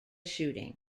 shooting